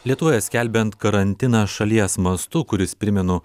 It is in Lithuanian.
lietuvoje skelbiant karantiną šalies mastu kuris primenu